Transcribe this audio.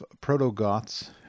proto-goths